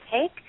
take